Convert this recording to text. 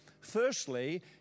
firstly